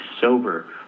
sober